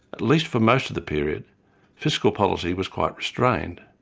at least for most of the period fiscal policy was quite restrained.